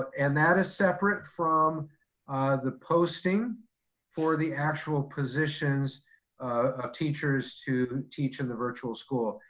and that is separate from the posting for the actual positions of teachers to teach in the virtual school.